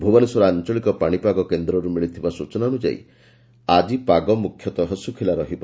ଭୁବନେଶ୍ୱର ଆଞଳିକ ପାଶିପାଗ କେନ୍ଦ୍ରରୁ ମିଳିଥିବା ସ୍ଚନା ଅନ୍ଯାୟୀ ଆଜି ପାଗ ମୁଖ୍ୟତଃ ଶୁଖ୍ଲା ରହିବ